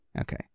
Okay